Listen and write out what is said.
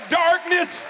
darkness